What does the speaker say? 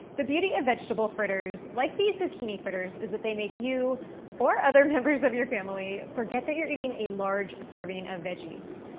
the beauty of vegetable fritters like these zucchini fritters is that they make you or other members of your family forget that you're eating a large serving of veggies,